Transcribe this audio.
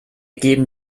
geben